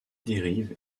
dérive